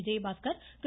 Vijayabaskar Thiru